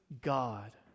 God